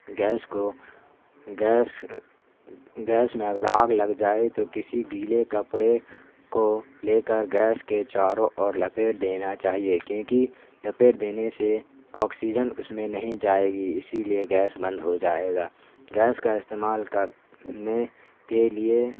gas کو gas gas میں اگر آگ لگ جائے تو کسی گیلے کپڑے کو لے کر گیس کے چاروں اور لپیٹ دینا چاہیے کیوںکہ لپیٹ دینے سے آکسیجن اس میں نہیں جائے گی اسی لیے گیس بند ہو جائے گا گیس کا استعمال کرنے کے لیے